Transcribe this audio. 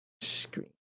screen